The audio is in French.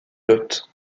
lot